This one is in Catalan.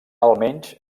almenys